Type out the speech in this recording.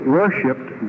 worshipped